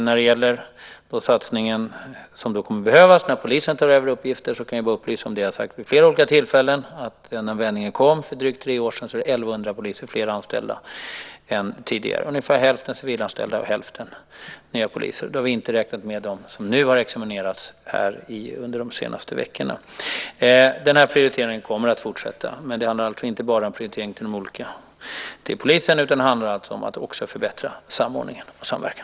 När det gäller den satsning som kommer att behövas när polisen tar över uppgifter kan jag bara upplysa om det som jag har sagt vid flera olika tillfällen, att sedan vändningen kom för drygt tre år sedan är det 1 100 fler anställda än tidigare, ungefär hälften är civilanställda och hälften nya poliser. Då har vi inte räknat med dem som har examinerats under de senaste veckorna. Den här prioriteringen kommer att fortsätta. Men det handlar alltså inte bara om en prioritering till polisen utan också om att förbättra samordningen och samverkan.